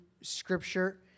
Scripture